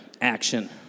Action